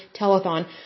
Telethon